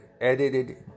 edited